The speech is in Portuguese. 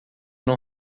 não